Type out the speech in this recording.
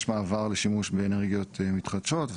יש מעבר לשימוש באנרגיות מתחדשות,